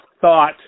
thought